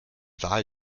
wahl